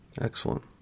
excellent